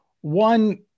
One